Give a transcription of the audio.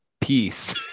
peace